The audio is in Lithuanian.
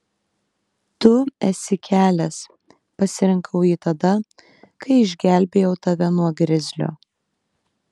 tu esi kelias pasirinkau jį tada kai išgelbėjau tave nuo grizlio